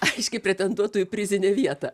aiškiai pretenduotų į prizinę vietą